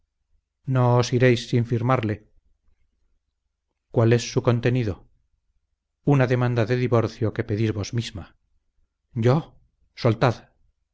os iréis sin firmarle cuál es su contenido una demanda de divorcio que pedís vos misma yo soltad